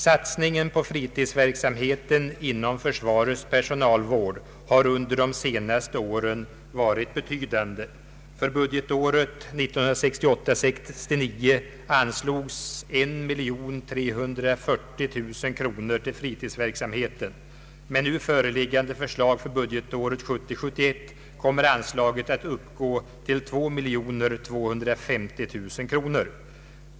Satsningen på fritidsverksamheten inom försvarets personalvård har under de senaste åren varit betydande. För budgetåret 1968 71 kommer anslaget att uppgå till 2 250 000 kronor.